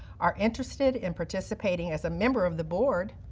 are interested in participating as a member of the board,